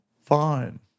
Fine